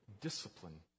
discipline